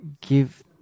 give